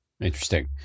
Interesting